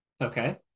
Okay